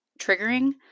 triggering